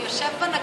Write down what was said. הוא יושב בנגמ"ש.